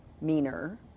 meaner